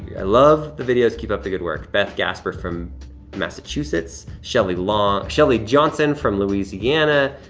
i love the videos, keep up the good work. beth gasper from massachusetts, shelley long, shelley johnson from louisiana.